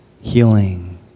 healing